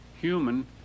human